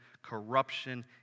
corruption